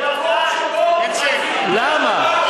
בוודאי, בוודאי, רק שהיא מורחבת, למה?